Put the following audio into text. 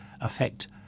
affect